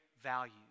value